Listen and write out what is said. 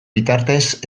bitartez